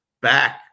back